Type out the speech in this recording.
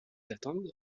attendent